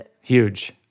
Huge